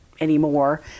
anymore